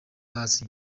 paccy